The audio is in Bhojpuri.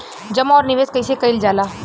जमा और निवेश कइसे कइल जाला?